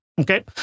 Okay